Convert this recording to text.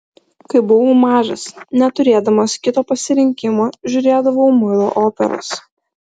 kai buvau mažas neturėdamas kito pasirinkimo žiūrėdavau muilo operas